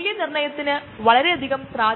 ഉദാഹരണത്തിന് നമുക്ക് ശ്വാസകോശം എടുക്കാം